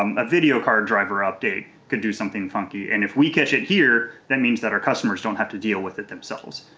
um a video card driver update could do something funky. and if we catch it here, that means that our customers don't have to deal with it themselves.